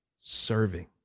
serving